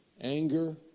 anger